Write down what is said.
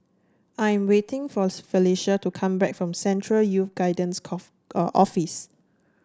I am waiting for Felecia to come back from Central Youth Guidance cough uh Office